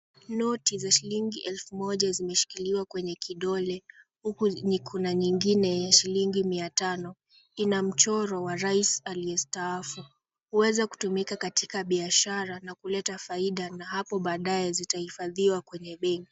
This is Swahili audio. Noti za shilingi elfu moja zimeshikiliwa kwenye kidole huku kuna nyingine ya shilingi mia tano. Ina mchoro wa rais aliyestaafu. Huweza kutumika katika biashara na kuleta faida na hapo baadae zitahifadhiwa kwenye benki.